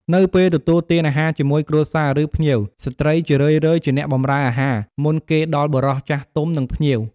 នៅពេលទទួលទានអាហារជាមួយគ្រួសារ ឬភ្ញៀវ ស្ត្រីជារឿយៗជាអ្នកបម្រើអាហារ មុនគេដល់បុរស ចាស់ទុំ និងភ្ញៀវ។